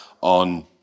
on